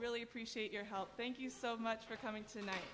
really appreciate your help thank you so much for coming tonight